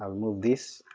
remove this,